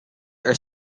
are